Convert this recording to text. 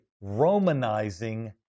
Romanizing